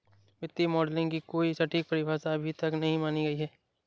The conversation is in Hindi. वित्तीय मॉडलिंग की कोई सटीक परिभाषा अभी तक नहीं मानी गयी है